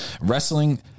wrestling